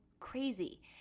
crazy